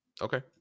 Okay